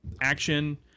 action